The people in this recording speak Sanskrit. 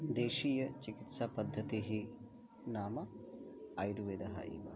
देशीयचिकित्सापद्धतिः नाम आयुर्वेदः एव